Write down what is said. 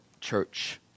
Church